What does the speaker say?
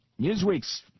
Newsweek's